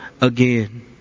again